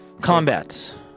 Combat